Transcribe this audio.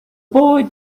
boy